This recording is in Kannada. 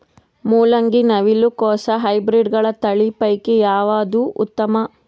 ಮೊಲಂಗಿ, ನವಿಲು ಕೊಸ ಹೈಬ್ರಿಡ್ಗಳ ತಳಿ ಪೈಕಿ ಯಾವದು ಉತ್ತಮ?